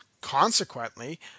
Consequently